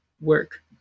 work